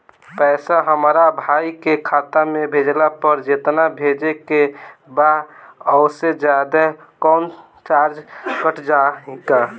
पैसा हमरा भाई के खाता मे भेजला पर जेतना भेजे के बा औसे जादे कौनोचार्ज कट जाई का?